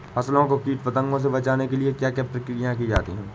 फसलों को कीट पतंगों से बचाने के लिए क्या क्या प्रकिर्या की जाती है?